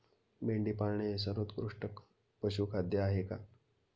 मेंढी पाळणे हे सर्वोत्कृष्ट पशुखाद्य आहे का?